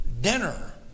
dinner